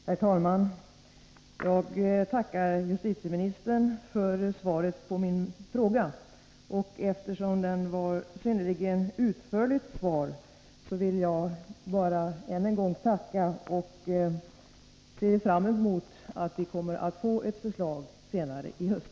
Herr talman! Jag tackar justitieministern för svaret. Eftersom det var ett synnerligen utförligt svar vill jag bara än en gång tacka, och jag ser fram emot att vi kommer att få ett förslag senare i höst.